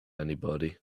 anybody